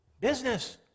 business